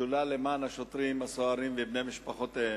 השדולה למען השוטרים והסוהרים ובני משפחותיהם,